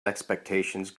expectations